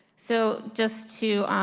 so just to